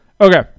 Okay